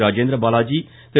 Rajendra Balaji Thiru